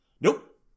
Nope